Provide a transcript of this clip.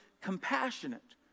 compassionate